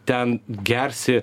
ten gersi